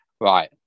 right